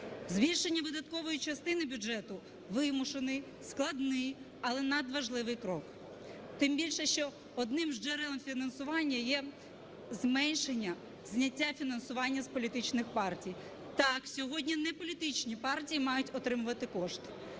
Збільшення видаткової частини бюджету – вимушений, складний, але надважливий крок. Тим більше, що одним з джерелом фінансування є зменшення, зняття фінансування з політичних партій. Так, сьогодні не політичні партії мають отримувати кошти.